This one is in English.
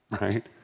right